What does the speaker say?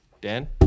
Dan